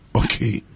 okay